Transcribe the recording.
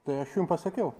tai aš jum pasakiau